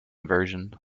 version